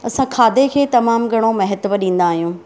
असां खाधे खे तमामु घणो महत्वु ॾींदा आहियूं